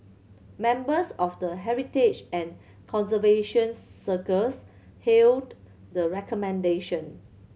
members of the heritage and conservation circles hailed the recommendation